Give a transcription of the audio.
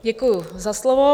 Děkuji za slovo.